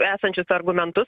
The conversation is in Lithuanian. esančius argumentus